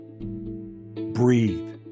breathe